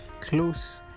close